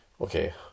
okay